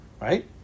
Right